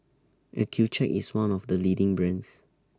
Accucheck IS one of The leading brands